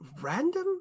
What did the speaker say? random